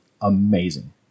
amazing